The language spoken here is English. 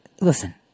listen